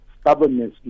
stubbornness